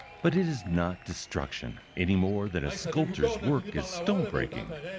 but it is not destruction, any more than a sculptor's work is stone-breaking.